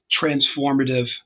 transformative